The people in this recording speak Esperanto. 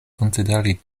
konsideri